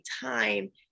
time